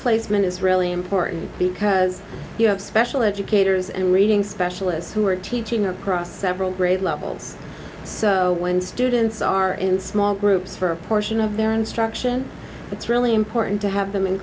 placement is really important because you have special educators and reading specialists who are teaching across several grade levels so when students are in small groups for a portion of their instruction it's really important to have them in